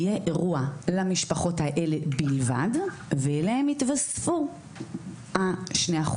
יהיה אירוע למשפחות האלה בלבד ואליהם יתווספו ה-2%.